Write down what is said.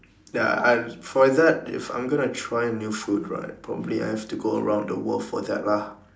ya I for is that if I'm gonna try new food right probably I have to go around the world for that lah